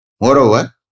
Moreover